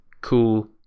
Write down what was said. cool